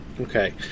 okay